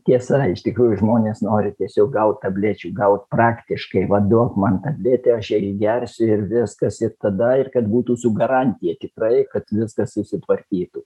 tiesa iš tikrųjų žmonės nori tiesiog gaut tablečių gaut praktiškai va duok man tabletę aš ją išgersiu ir viskas ir tada ir kad būtų su garantija tikrai kad viskas susitvarkytų